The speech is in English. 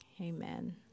Amen